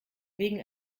wegen